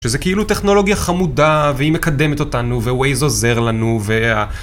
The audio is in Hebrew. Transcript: שזה כאילו טכנולוגיה חמודה, והיא מקדמת אותנו, וווייז עוזר לנו, וה...